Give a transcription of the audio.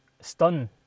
stun